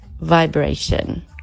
Vibration